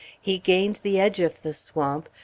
he gained the edge of the swamp,